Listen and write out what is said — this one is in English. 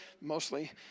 mostly